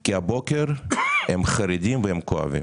כי הבוקר הם חרדים והם כואבים.